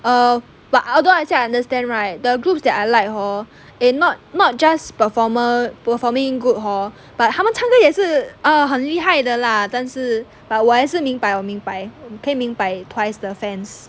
err but although I say I understand right the group that I like hor they not not just performer performing good hor but 他们唱歌也是 err 很厉害的 lah 但是 but 我也是明白我可以明白 twice 的 fans